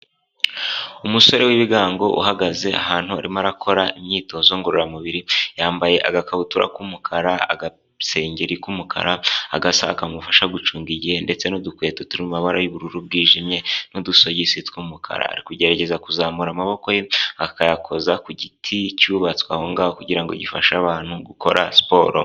Umusore w'ibigango uhagaze ahantu, arimo arakora imyitozo ngororamubiri, yambaye agakabutura k'umukara, agasengeri k'umukara, agasaha kamufasha gucunga igihe ndetse n'udukweto turi mu mabara y'ubururu bwijimye n'udusogisi tw'umukara. Ari kugerageza kuzamura amaboko ye, akayakoza ku giti cyubatswe aho ngaho kugira ngo gifashe abantu gukora siporo.